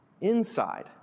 inside